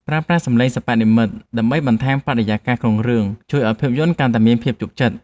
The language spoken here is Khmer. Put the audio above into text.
ប្រើប្រាស់សំឡេងសិប្បនិម្មិត ដើម្បីបន្ថែមបរិយាកាសក្នុងរឿងជួយឱ្យភាពយន្តកាន់តែមានភាពជក់ចិត្ត។